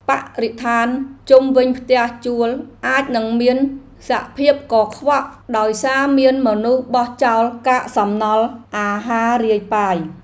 បរិស្ថានជុំវិញផ្ទះជួលអាចនឹងមានសភាពកខ្វក់ដោយសារមានមនុស្សបោះចោលកាកសំណល់អាហាររាយប៉ាយ។